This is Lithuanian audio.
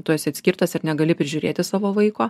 tu esi atskirtas ir negali prižiūrėti savo vaiko